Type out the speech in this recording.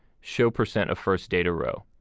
show percent of first data row.